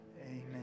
Amen